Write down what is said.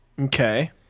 okay